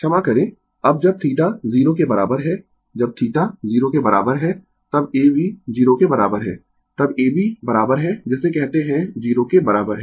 क्षमा करें अब जब θ 0 के बराबर है जब θ 0 के बराबर है तब AB 0 के बराबर है तब AB बराबर है जिसे कहते है 0 के बराबर है